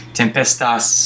tempestas